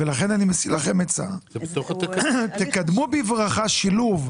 או עיסוק בנושא מחוץ לדיון,